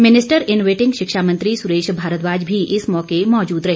minister in waiting शिक्षा मंत्री सुरेश भारद्वाज भी इस मौके मौजूद रहे